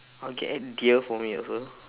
or you can add deer for me also